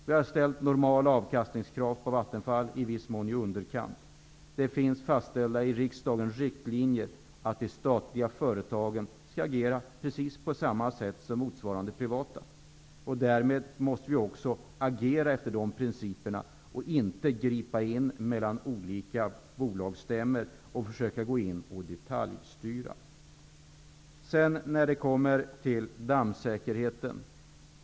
Vi har ställt normala avkastningskrav på Vattenfall, i viss mån krav som ligger i underkant. Riksdagen har fastställt riktlinjer för att de statliga företagen skall agera precis på samma sätt som motsvarande privata. Därmed måste vi agera efter de principerna och inte gripa in mellan olika bolagsstämmor och försöka detaljstyra.